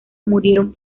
murieron